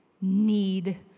need